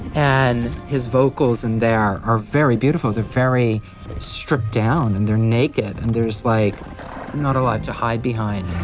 and his vocals in there are very beautiful. they're very stripped down and they're naked and there's like not a lot to hide behind